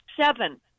seven